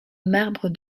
marbre